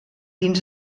dins